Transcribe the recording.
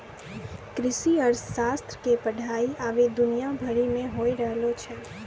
कृषि अर्थशास्त्र के पढ़ाई अबै दुनिया भरि मे होय रहलो छै